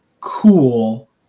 cool